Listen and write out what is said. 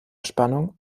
spannung